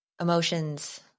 emotions